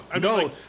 No